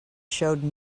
showed